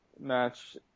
match